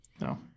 No